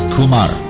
Kumar